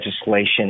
legislation